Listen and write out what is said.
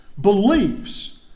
beliefs